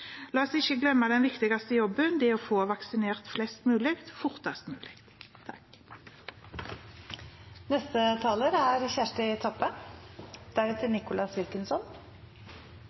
La oss ikke glemme den viktigste jobben – å få vaksinert flest mulig, fortest mulig.